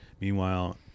meanwhile